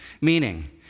meaning